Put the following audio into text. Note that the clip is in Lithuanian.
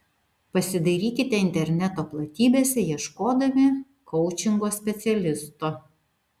pasidairykite interneto platybėse ieškodami koučingo specialisto